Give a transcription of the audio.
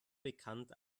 bekannt